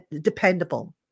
dependable